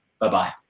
Bye-bye